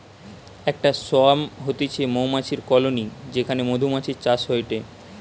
একটা সোয়ার্ম হতিছে মৌমাছির কলোনি যেখানে মধুমাছির চাষ হয়টে